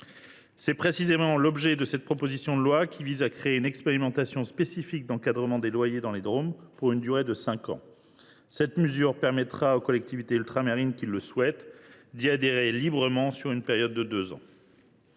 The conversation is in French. est précisément l’objet de cette proposition de loi : créer une expérimentation spécifique en matière d’encadrement des loyers dans les Drom, pour une durée de cinq ans. Cette mesure permettra aux collectivités ultramarines qui le souhaitent d’y adhérer librement pendant une période de deux ans.